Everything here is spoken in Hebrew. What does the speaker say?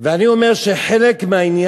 איך אתה מסביר הטרדות מיניות במגזר?